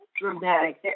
dramatic